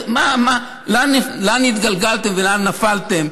לאן התגלגלתם ולאן נפלתם?